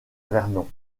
vernon